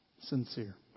sincere